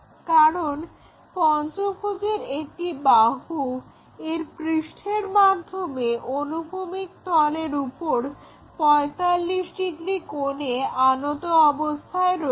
কারণ পঞ্চভুজের একটি বাহু এর পৃষ্ঠের মাধ্যমে অনুভূমিক তলের উপর 45° কোণে আনত অবস্থায় রয়েছে